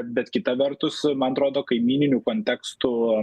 bet kita vertus man atrodo kaimyninių kontekstų